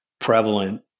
prevalent